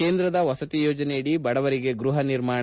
ಕೇಂದ್ರದ ವಸತಿ ಯೋಜನೆಯಡಿ ಬಡವರಿಗೆ ಗೃಪ ನಿರ್ಮಾಣ